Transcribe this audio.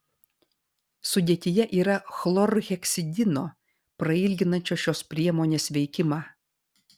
sudėtyje yra chlorheksidino prailginančio šios priemonės veikimą